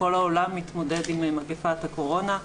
כל העולם מתמודד עם מגפת הקורונה.